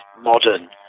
modern